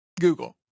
Google